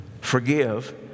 forgive